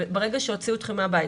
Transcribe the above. ברגע שהוציאו אתכם מהבית.